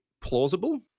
plausible